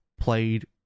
Played